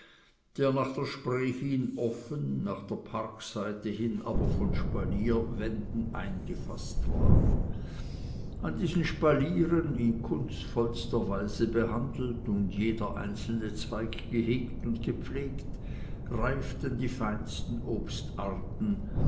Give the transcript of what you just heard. der nach der spree hin offen nach der parkseite hin aber von spalierwänden eingefaßt war an diesen spalieren in kunstvollster weise behandelt und jeder einzelne zweig gehegt und gepflegt reiften die feinsten obstarten